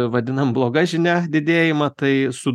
vadinam bloga žinia didėjimą tai su